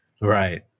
Right